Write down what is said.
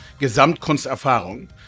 Gesamtkunsterfahrung